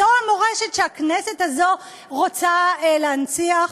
זו המורשת שהכנסת הזו רוצה להנציח?